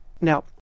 Now